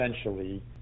essentially